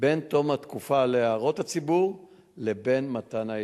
בין תום התקופה להערות הציבור לבין מתן ההיתר.